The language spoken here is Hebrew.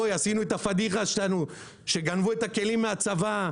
אוי עשינו את הפדיחה שלנו שגנבו את הכלים מהצבא,